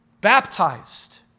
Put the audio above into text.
baptized